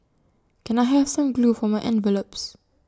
can I have some glue for my envelopes